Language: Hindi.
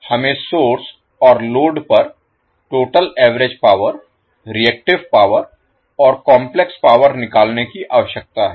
हमें सोर्स और लोड पर total average power reactive power और काम्प्लेक्स पावर निकालने की आवश्यकता है